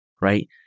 right